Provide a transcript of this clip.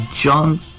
John